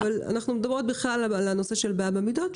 אבל אנחנו מדברים בכלל על הנושא של בעיה במידות,